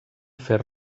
fer